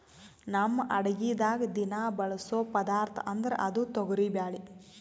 ನಮ್ ಅಡಗಿದಾಗ್ ದಿನಾ ಬಳಸೋ ಪದಾರ್ಥ ಅಂದ್ರ ಅದು ತೊಗರಿಬ್ಯಾಳಿ